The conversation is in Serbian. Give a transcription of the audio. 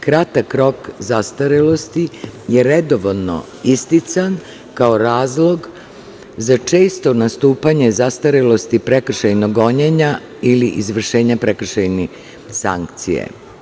Kratak rok zastarelosti je redovno istican kao razlog za često nastupanje prekršajnog gonjenja ili izvršenja prekršajne sankcije.